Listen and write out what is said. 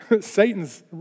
Satan's